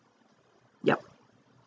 yup